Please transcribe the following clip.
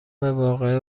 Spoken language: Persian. واقعه